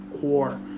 core